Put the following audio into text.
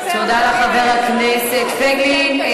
תודה לחבר הכנסת פייגלין.